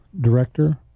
director